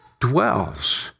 dwells